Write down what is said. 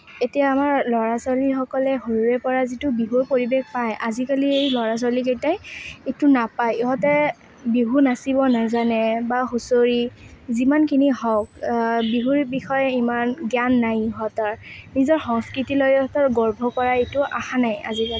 এতিয়া আমাৰ ল'ৰা ছোৱালীসকলে সৰুৰে পৰা যিটো বিহুৰ পৰিৱেশ পায় আজিকালিৰ ল'ৰা ছোৱালীকেইটাই এইটো নাপায় ইহঁতে বিহু নাচিব নাজানে বা হুঁচৰি যিমানখিনি হওক বিহুৰ বিষয়ে ইমান জ্ঞান নাই ইহঁতৰ নিজৰ সংস্কৃতি লৈ ইহঁতৰ গৰ্ব কৰা এইটো অহা নাই আজিকালি